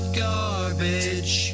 garbage